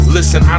Listen